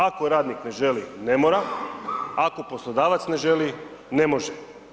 Ako radnik ne želi ne mora a ako poslodavac ne želi ne može.